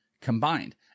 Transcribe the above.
combined